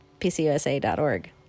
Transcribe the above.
PCUSA.org